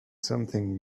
something